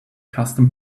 custom